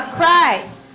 Christ